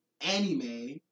anime